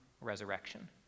resurrection